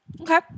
Okay